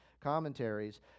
commentaries